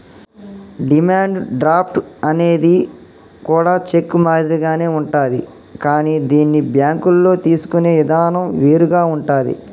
demand draft అనేది కూడా cheque మాదిరిగానే ఉంటాది కానీ దీన్ని బ్యేంకుల్లో తీసుకునే ఇదానం వేరుగా ఉంటాది